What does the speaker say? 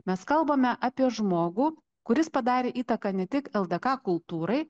mes kalbame apie žmogų kuris padarė įtaką ne tik ldk kultūrai